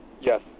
Yes